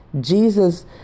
jesus